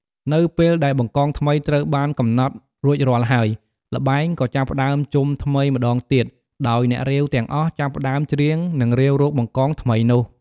នៅពេលដែល បង្កង ថ្មីត្រូវបានកំណត់រួចរាល់ហើយ ល្បែងក៏ចាប់ផ្តើមជុំថ្មីម្ដងទៀត ដោយ អ្នករាវ ទាំងអស់ចាប់ផ្តើមច្រៀង និងរាវរក បង្កង ថ្មីនោះ។